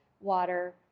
water